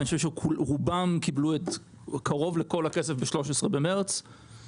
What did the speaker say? אני חושב שרובם קיבלו ב-13 במרץ כמעט את כל הכסף,